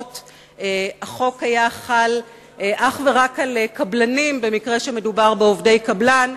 החוק היה חל אך ורק על קבלנים במקרה שמדובר בעובדי קבלן,